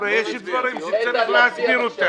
תראה, יש דברים שצריך להסביר אותם.